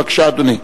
בבקשה, אדוני,